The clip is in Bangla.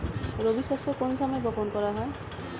রবি শস্য কোন সময় বপন করা হয়?